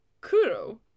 Kuro